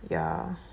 ya